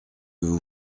vous